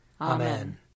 Amen